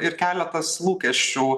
ir keletas lūkesčių